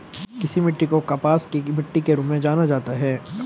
किस मिट्टी को कपास की मिट्टी के रूप में जाना जाता है?